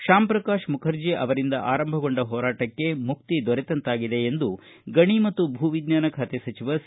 ತ್ಯಾಮ್ ಪ್ರಕಾಶ್ ಮುಖರ್ಜಿ ಅವರಿಂದ ಆರಂಭಗೊಂಡ ಹೋರಾಟಕ್ಕೆ ಮುಕ್ತಿ ದೊರತಂತಾಗಿದೆ ಎಂದು ಎಂದು ಗಣಿ ಮತ್ತು ಭೂ ವಿಜ್ಞಾನ ಖಾತೆ ಸಚಿವ ಸಿ